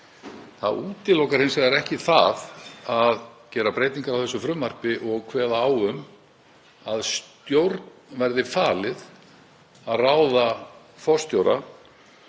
Það útilokar það hins vegar ekki að gera breytingar á frumvarpinu og kveða á um að stjórn verði falið að ráða forstjóra.